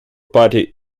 party